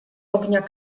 ognia